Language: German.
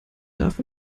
darf